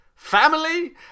Family